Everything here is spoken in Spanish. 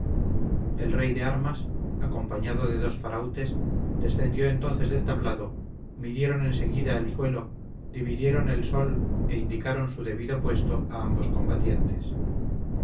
el rey de armas acompañado de dos farautes descendió entonces del tablado midieron en seguida el suelo dividieron el sol e indicaron su debido puesto a ambos combatientes